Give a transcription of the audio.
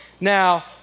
Now